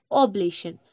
oblation